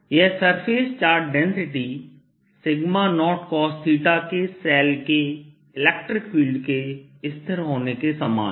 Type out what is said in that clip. यह surface charge density 0cos के shell के इलेक्ट्रिक फील्ड के स्थिर होने के समान है